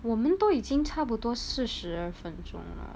我们都已经差不多四十二分钟了